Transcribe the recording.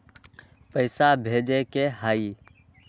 पैसा भेजे के हाइ?